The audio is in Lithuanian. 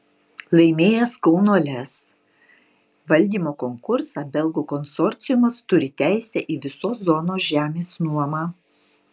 laimėjęs kauno lez valdymo konkursą belgų konsorciumas turi teisę į visos zonos žemės nuomą